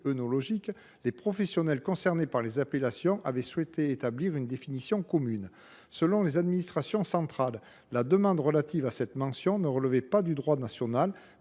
les professionnels concernés avaient souhaité établir une définition commune. Selon les administrations centrales, la demande relative à cette mention relevait non du droit national,